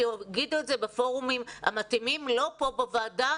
שיגידו את זה בפורומים המתאימים ולא כאן בוועדה.